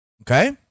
Okay